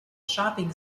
shopping